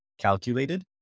calculated